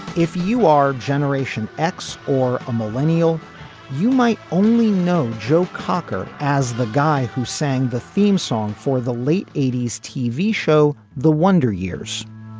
if you are generation x or a millennial you might only know joe cocker as the guy who sang the theme song for the late eighty s tv show the wonder years.